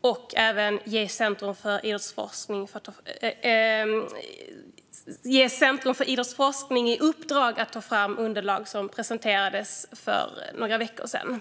och att ge Centrum för idrottsforskning i uppdrag att ta fram underlag, som presenterades för några veckor sedan.